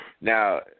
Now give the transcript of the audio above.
Now